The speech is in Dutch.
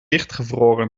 dichtgevroren